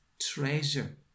treasure